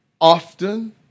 often